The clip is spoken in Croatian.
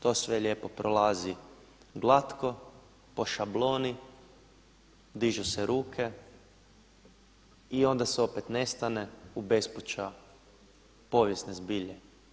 To sve lijepo prolazi glatko, po šabloni, dižu se ruke i onda se opet nestane u bespuća povijesne zbilje.